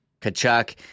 Kachuk